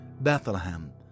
Bethlehem